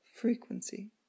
frequency